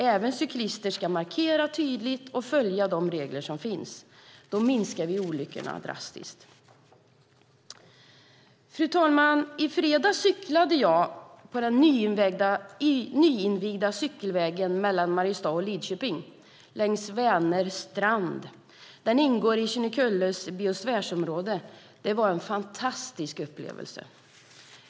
Även cyklister ska markera tydligt och följa de regler som finns. Då minskar vi olyckorna drastiskt. Fru talman! I fredags cyklade jag på den nyinvigda cykelvägen mellan Mariestad och Lidköping, längs Vänerns strand. Den ingår i Kinnekulles biosfärsområde. Det var en fantastisk upplevelse.